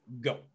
Go